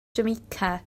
jamaica